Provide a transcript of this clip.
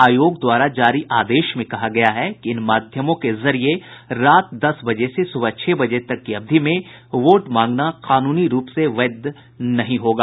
आयोग द्वारा जारी आदेश में कहा गया है कि इन मध्यमों के जरिये रात दस बजे से सुबह छह बजे तक की अवधि में वोट मांगना कानूनी रूप से वैध नहीं होगा